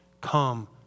come